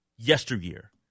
Yesteryear